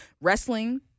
wrestling